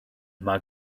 mae